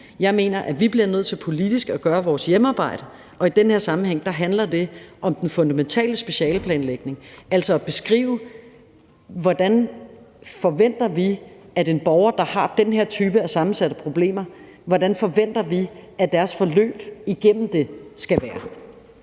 Jeg mener, at vi bliver nødt til politisk at gøre vores hjemmearbejde, og i den her sammenhæng handler det om den fundamentale specialeplanlægning, altså at beskrive, hvordan vi forventer at forløbet for en borger, der har den her type af sammensatte problemer, skal være hele vejen igennem. Det stykke